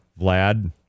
Vlad